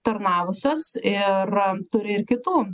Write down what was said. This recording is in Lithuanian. tarnavusios ir turi ir kitų